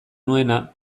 nuena